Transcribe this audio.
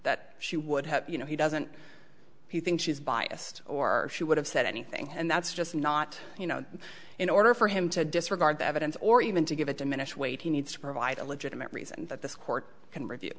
that she would have you know he doesn't think she's biased or she would have said anything and that's just not you know in order for him to disregard the evidence or even to give it diminish weight he needs to provide a legitimate reason that this court can review